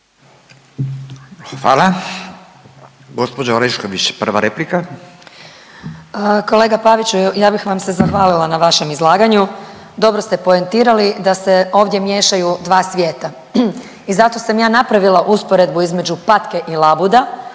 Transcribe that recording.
(Stranka s imenom i prezimenom)** Kolega Paviću ja bih vam se zahvalila na vašem izlaganju, dobro ste poentirali da se ovdje miješaju dva svijeta i zato sam ja napravila usporedbu između patke i labuda